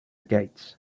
gates